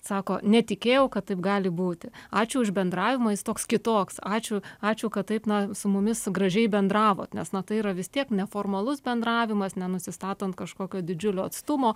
sako netikėjau kad taip gali būti ačiū už bendravimą jis toks kitoks ačiū ačiū kad taip na su mumis gražiai bendravot nes na tai yra vis tiek neformalus bendravimas nenusistatant kažkokio didžiulio atstumo